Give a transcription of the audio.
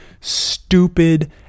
stupid